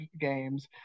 games